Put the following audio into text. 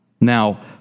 Now